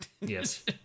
Yes